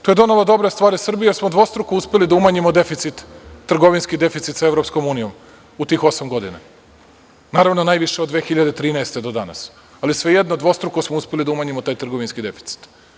To je donelo dobre stvari Srbiji, jer smo dvostruko uspeli da umanjimo deficit trgovinski sa EU u tih osam godina, naravno, najviše od 2013. godine do danas, ali svejedno, dvostruko smo uspeli da umanjimo taj trgovinski deficit.